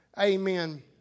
Amen